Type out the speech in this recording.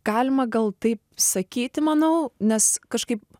galima gal taip sakyti manau nes kažkaip